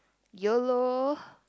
yolo